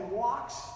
walks